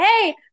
hey